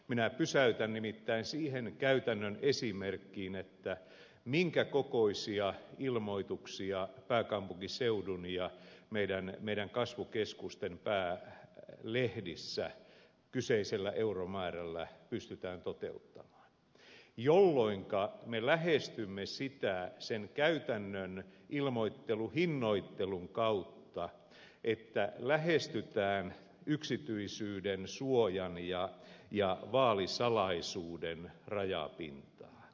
minä pysäytän nimittäin siihen käytännön esimerkkiin minkä kokoisia ilmoituksia pääkaupunkiseudun ja meidän kasvukeskustemme päälehdissä kyseisellä euromäärällä pystytään toteuttamaan jolloinka me lähestymme sen käytännön ilmoitteluhinnoittelun kautta sitä että lähestytään yksityisyyden suojan ja vaalisalaisuuden rajapintaa